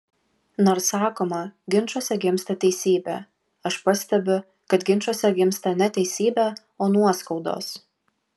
nors sakoma ginčuose gimsta teisybė aš pastebiu kad ginčuose gimsta ne teisybė o nuoskaudos